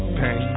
pain